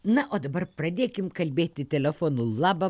na o dabar pradėkim kalbėti telefonu labą